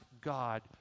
God